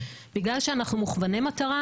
בגלל שאנחנו מוכווני מטרה,